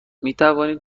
میتوانیم